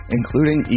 including